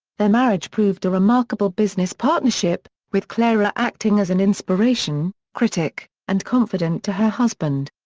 their marriage proved a remarkable business partnership, with clara acting as an inspiration, critic, and confidant to her husband.